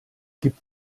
gibt